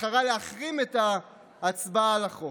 בחרה להחרים את ההצבעה על החוק.